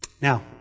Now